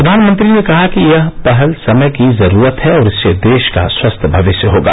प्रधानमंत्री ने कहा कि ये पहल समय की जरूरत है और इससे देश का स्वस्थ भविष्य होगा